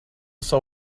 saw